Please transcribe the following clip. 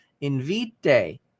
Invite